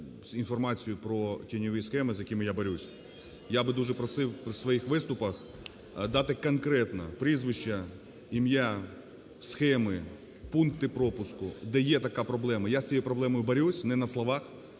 інформацією про тіньові схеми, з якими я борюсь. Я би дуже просив в своїх виступах дати конкретно прізвища, ім'я, схеми, пункти пропуску, де є така проблема. Я з цією проблемою борюсь не на словах,